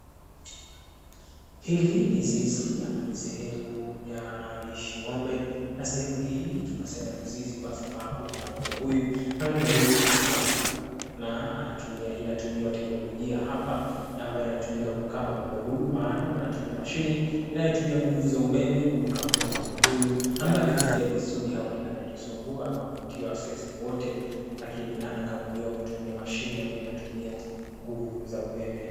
Hili ni zizi ama ni sehemu ya anayoishi ng'ombe na sehemu hii tunasema ni zizi kwa sababu kuna ng'ombe huyu na ng'ombe huyu anakamwa. Na inatumiwa teknolojia hapa ambayo inatumika kukama ng'ombe huyu maana wanatumia mashine inayotumia nguvu za umeme kumkamua ng'ombe huyu ambaye ametulia vizuri, haonekani akisumbua ama kutiwa wasiwasi wowote lakini anakamuliwa kutumia mashine ambayo inatumia nguvu za umeme.